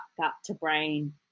gut-to-brain